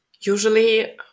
usually